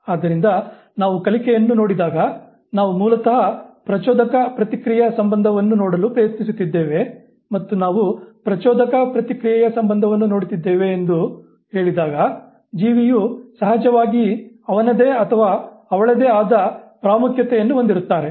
ಆದ್ದರಿಂದ ನಾವು ಕಲಿಕೆಯನ್ನು ನೋಡಿದಾಗ ನಾವು ಮೂಲತಃ ಪ್ರಚೋದಕ ಪ್ರತಿಕ್ರಿಯೆ ಸಂಬಂಧವನ್ನು ನೋಡಲು ಪ್ರಯತ್ನಿಸುತ್ತಿದ್ದೇವೆ ಮತ್ತು ನಾವು ಪ್ರಚೋದಕ ಪ್ರತಿಕ್ರಿಯೆಯ ಸಂಬಂಧವನ್ನು ನೋಡುತ್ತಿದ್ದೇವೆ ಎಂದು ಹೇಳಿದಾಗ ಜೀವಿಯು ಸಹಜವಾಗಿ ಅವನದೇ ಅಥವಾ ಅವಳದೇ ಆದ ಪ್ರಾಮುಖ್ಯತೆಯನ್ನು ಹೊಂದಿರುತ್ತಾರೆ